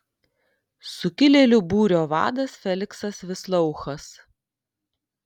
sukilėlių būrio vadas feliksas vislouchas